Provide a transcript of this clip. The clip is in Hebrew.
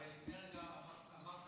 הרי לפני רגע אמרת